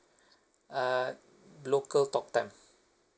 err local talk time